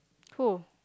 who